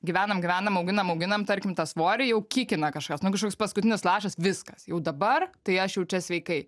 gyvenam gyvenam auginam auginam tarkim tą svorį jau kikina kažkas nu kažkoks paskutinis lašas viskas jau dabar tai aš jau čia sveikai